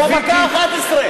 הוא המכה האחת-עשרה.